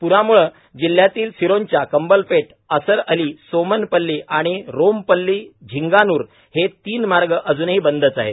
प्राम्ळे जिल्ह्यातील सिरोंचा कंबलपेठ असरअली सोमनपल्ली आणि रोमपल्ली झिंगानूर हे तीन मार्ग अजूनही बंदच आहेत